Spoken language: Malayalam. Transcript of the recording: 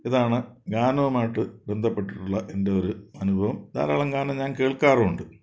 ഇതാണ് ഗാനവുമായിട്ട് ബന്ധപ്പെട്ടിട്ടുള്ള എൻ്റെ ഒരു അനുഭവം ധാരാളം ഗാനം ഞാൻ കേൾക്കാറുമുണ്ട്